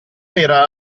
era